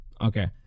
Okay